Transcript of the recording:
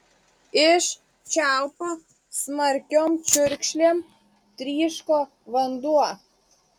iš čiaupo smarkiom čiurkšlėm tryško vanduo